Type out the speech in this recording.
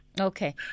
Okay